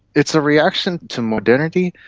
it's a reaction to modernity,